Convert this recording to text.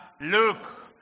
Look